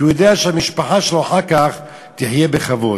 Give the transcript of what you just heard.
כי הוא ידע שהמשפחה שלו אחר כך תחיה בכבוד.